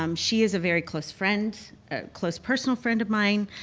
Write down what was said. um she is a very close friend, a close personal friend of mine,